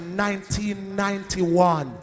1991